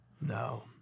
No